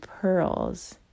pearls